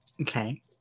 Okay